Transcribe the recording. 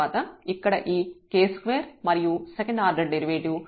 తర్వాత ఇక్కడ ఈ k2 మరియు సెకండ్ ఆర్డర్ డెరివేటివ్ 2fy2 ల లబ్దం ఉంటుంది